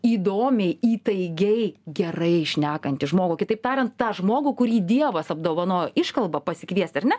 įdomiai įtaigiai gerai šnekantį žmogų kitaip tariant tą žmogų kurį dievas apdovanojo iškalba pasikviest ar ne